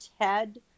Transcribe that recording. Ted